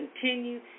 continue